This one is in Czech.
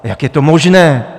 Jak je to možné?